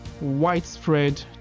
widespread